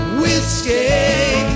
whiskey